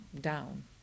down